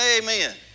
Amen